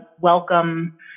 welcome